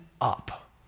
up